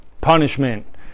punishment